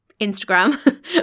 Instagram